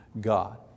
God